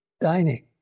dining